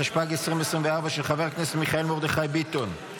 התשפ"ג 2024, של חבר הכנסת מיכאל מרדכי ביטון.